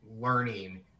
learning